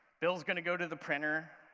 bill is going to go to the printer,